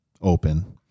open